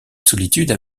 solitude